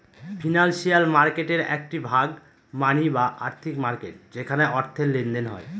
financial মার্কেটের একটি ভাগ মানি বা আর্থিক মার্কেট যেখানে অর্থের লেনদেন হয়